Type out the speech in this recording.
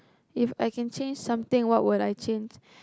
If I can change something what would I change